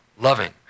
loving